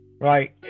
Right